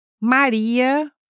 Maria